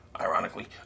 ironically